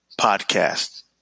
podcast